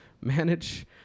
manage